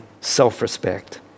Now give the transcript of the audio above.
self-respect